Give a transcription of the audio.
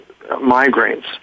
migraines